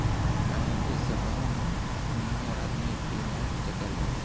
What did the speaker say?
काहे कि सबहन में आदमी पी नाही सकला